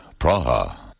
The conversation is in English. Praha